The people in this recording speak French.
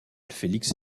félix